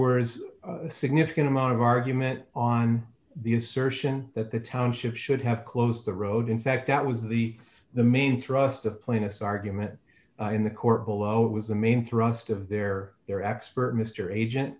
were is a significant amount of argument on the assertion that the township should have closed the road in fact that was the the main thrust of plaintiff's argument in the court below it was the main thrust of their their expert mr agent